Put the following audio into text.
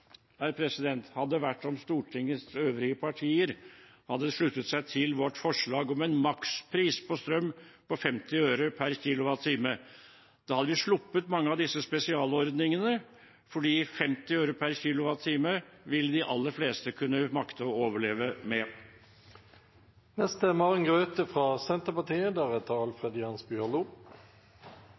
hadde vært om Stortingets øvrige partier hadde sluttet seg til vårt forslag om en makspris på strøm på 50 øre per kWh. Da hadde vi sluppet mange av disse spesialordningene, fordi 50 øre per kWh vil de aller fleste kunne makte å overleve med.